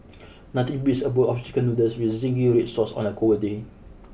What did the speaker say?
nothing beats a bowl of chicken noodles with zingy red sauce on a cold day